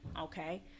Okay